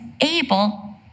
able